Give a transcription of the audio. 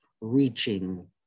reaching